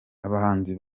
abahanzi